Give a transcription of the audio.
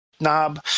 Knob